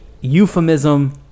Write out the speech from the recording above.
euphemism